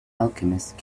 alchemist